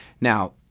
Now—